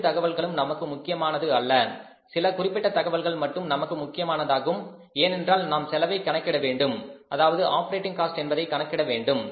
அனைத்து தகவல்களும் நமக்கு முக்கியமானது அல்ல சில குறிப்பிட்ட தகவல்கள் மட்டும் நமக்கு முக்கியமானதாகும் ஏனென்றால் நாம் செலவை கணக்கிட வேண்டும் அதாவது ஆப்ரேட்டிங் காஸ்ட் என்பதை கணக்கிட வேண்டும்